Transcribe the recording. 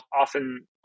often